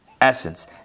essence